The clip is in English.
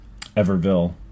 Everville